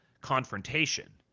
confrontation